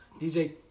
DJ